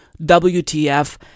WTF